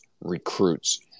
recruits